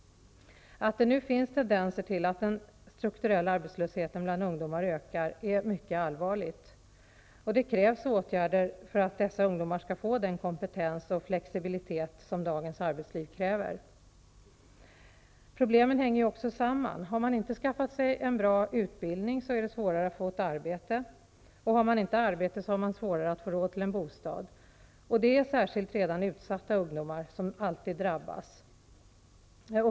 Att det nu finns tendenser till att den strukturella arbetslösheten bland ungdomar ökar är mycket allvarligt. Det krävs åtgärder för att dessa ungdomar skall få den kompetens och flexibilitet som dagens arbetsliv kräver. Problemen hänger också samman. Har man inte skaffat sig en bra utbildning, är det svårare att få ett arbete. Har man inte arbete, har man svårare att få råd till en bostad, och det är särskilt redan utsatta ungdomar som alltid drabbas.